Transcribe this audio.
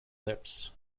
lips